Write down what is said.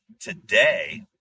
today